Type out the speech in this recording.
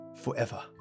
forever